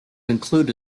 include